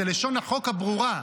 זאת לשון החוק הברורה,